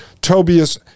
Tobias